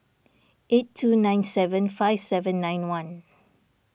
eight two nine seven five seven nine one